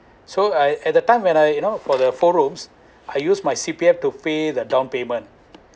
so I at the time when I you know for the four rooms I use my C_P_F to pay the down payment